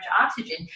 oxygen